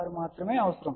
56 మాత్రమే అవసరం